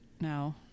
now